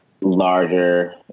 larger